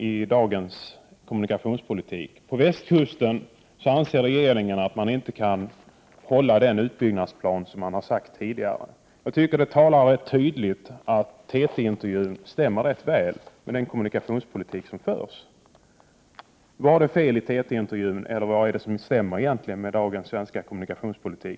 Regeringen anser inte att man beträffande västkusten kan hålla den utbyggnadsplan som har aviserats tidigare. Detta visar tydligt att TT-intervjun stämmer rätt väl med den kommunikationspolitik som förs. Är TT-intervjun felaktig, eller vad är det som egentligen är sämre med dagens svenska kommunikationspolitik?